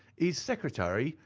his secretary,